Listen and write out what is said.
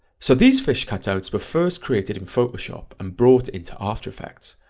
so these fish cutouts were first created in photoshop and brought into after effects,